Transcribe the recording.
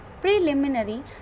preliminary